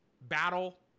battle